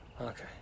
Okay